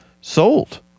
sold